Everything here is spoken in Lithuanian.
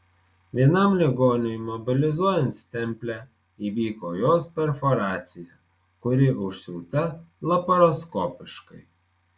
vienam ligoniui mobilizuojant stemplę įvyko jos perforacija kuri užsiūta laparoskopiškai